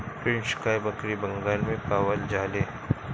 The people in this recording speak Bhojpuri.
कृष्णकाय बकरी बंगाल में पावल जाले